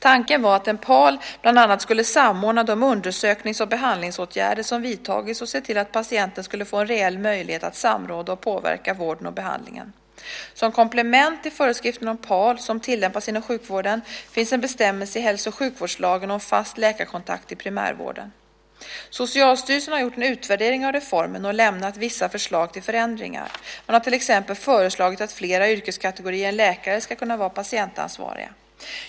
Tanken var att en PAL bland annat skulle samordna de undersöknings och behandlingsåtgärder som vidtagits och se till att patienten skulle få en reell möjlighet att samråda och påverka vården och behandlingen. Som komplement till föreskriften om PAL, som tillämpas inom sjukhusvården, finns en bestämmelse i hälso och sjukvårdslagen om fast läkarkontakt i primärvården. Socialstyrelsen har gjort en utvärdering av reformen och lämnat vissa förslag till förändringar. Man har till exempel föreslagit att flera yrkeskategorier än läkare ska kunna vara patientansvariga.